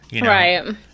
right